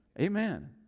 Amen